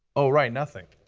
oh right, nothing.